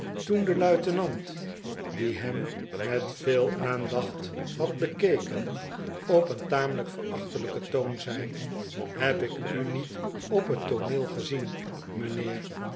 toen de luitenant die hem met veel aandacht had bekeken op een tamelijk verachtelijken toon zei heb ik u niet op het tooneel gezien mijnheer